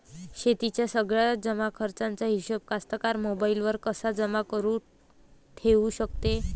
शेतीच्या सगळ्या जमाखर्चाचा हिशोब कास्तकार मोबाईलवर कसा जमा करुन ठेऊ शकते?